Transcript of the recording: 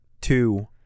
two